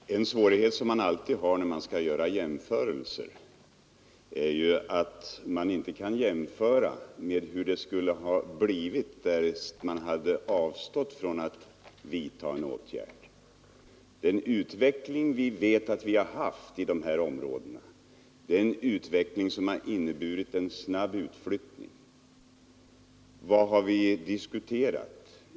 Herr talman! En svårighet som man alltid har när man skall göra jämförelser är ju att man inte kan jämföra med hur det skulle ha blivit därest man hade avstått från att vidta en åtgärd. Den utveckling vi vet att vi har haft i de här områdena har inneburit en snabb utflyttning. Vad har vi diskuterat?